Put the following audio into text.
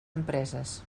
empreses